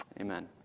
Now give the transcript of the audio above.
Amen